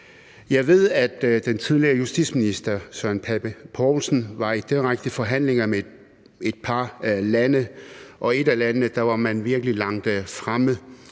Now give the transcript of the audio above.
Jeg ved, at den tidligere justitsminister Søren Pape Poulsen var i direkte forhandlinger med et par lande, og i et af landene var man virkelig langt fremme